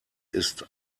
ist